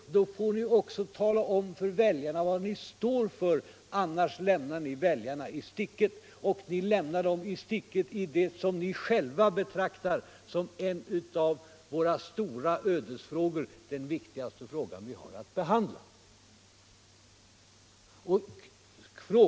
I så fall får ni också tala om för väljarna vad ni står för. Annars lämnar ni väljarna i sticket, och ni lämnar dem i sticket i vad ni själva betraktar som en av vårt lands stora ödesfrågor, den viktigaste fråga som vi har att behandla.